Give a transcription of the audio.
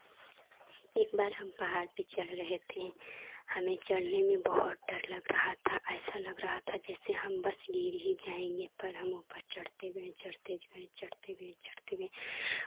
एक बार हम पहाड़ पे चढ़ रहे थे हमें चढ़ने में बहुत डर लग रहा था ऐसा लग रहा था जैसे हम बस गिर ही जाएंगे पर हम ऊपर चढ़ते गए चढ़ते गए चढ़ते गए चढ़ते गए